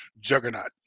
Juggernaut